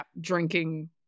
drinking